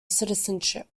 citizenship